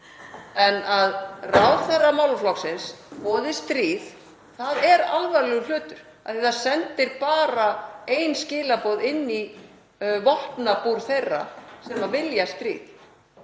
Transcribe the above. en að ráðherra málaflokksins boði stríð er alvarlegur hlutur og sendir bara ein skilaboð inn í vopnabúr þeirra sem vilja stríð,